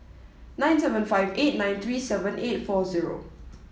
nine seven five eight nine three seven eight four zero